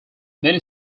many